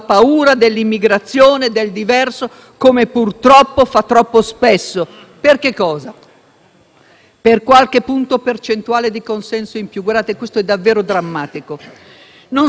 Per qualche punto percentuale di consenso in più? Guardate che questo è davvero drammatico. Non saremo mai d'accordo con Salvini su questo. Mai la vita umana, in un sistema democratico,